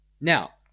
Now